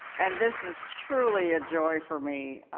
and this is truly a joy for me.